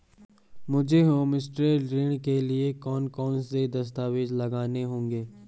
मुझे होमस्टे ऋण के लिए कौन कौनसे दस्तावेज़ लगाने होंगे?